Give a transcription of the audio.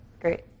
great